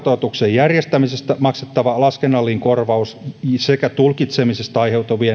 järjestämisestä maksettava laskennallinen korvaus sekä tulkitsemisesta tulkkauspalveluista aiheutuvien